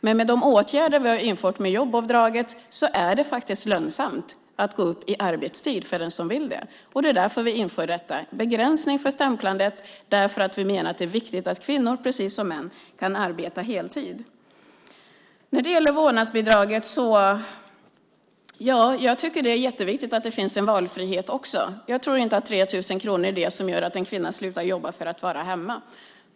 Med de åtgärder som vi har infört - jobbavdraget - är det faktiskt lönsamt att gå upp i arbetstid för den som vill det. Det är därför vi har infört detta. Vi inför begränsning för stämplandet eftersom vi menar att det är viktigt att kvinnor, precis som män, kan arbeta heltid. När det gäller vårdnadsbidraget tycker jag att det är jätteviktigt att det finns en valfrihet. Jag tror inte att 3 000 kronor är det som gör att en kvinna slutar jobba för att vara hemma.